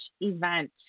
event